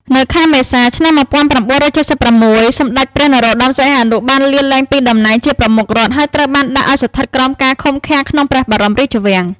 នៅខែមេសា ឆ្នាំ១៩៧៦ សម្ដេចព្រះ នរោត្តម សីហនុ បានលាលែងពីតំណែងជាប្រមុខរដ្ឋ ហើយត្រូវបានដាក់ឱ្យស្ថិតក្រោមការឃុំឃាំងក្នុងព្រះបរមរាជវាំង។